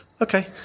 Okay